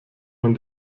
man